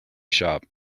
shop